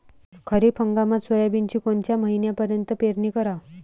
खरीप हंगामात सोयाबीनची कोनच्या महिन्यापर्यंत पेरनी कराव?